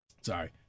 Sorry